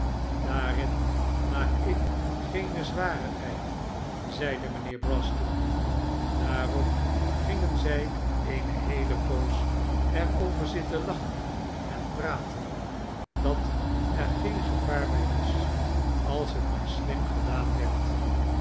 daarin maak ik geene zwarigheid zeide mijnheer brass toen daarop gingen zij eene heele poos er over zitten lachen en praten dat er geen gevaar bij was als het maar slim gedaan werd